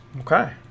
Okay